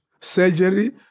surgery